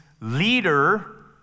leader